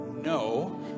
No